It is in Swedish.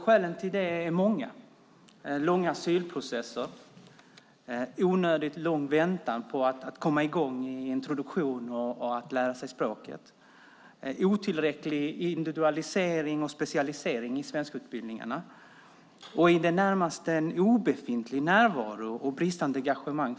Skälen till det är många - långa asylprocesser, onödigt lång väntan på att komma i gång med introduktion och att lära sig språket, otillräcklig individualisering och specialisering i svenskutbildningarna samt bristande engagemang och i det närmaste obefintlig närvaro från Arbetsförmedlingen.